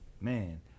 Man